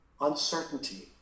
uncertainty